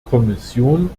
kommission